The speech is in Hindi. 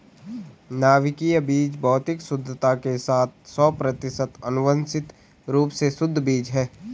नाभिकीय बीज भौतिक शुद्धता के साथ सौ प्रतिशत आनुवंशिक रूप से शुद्ध बीज है